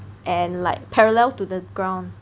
and like parallel to the ground